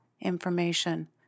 information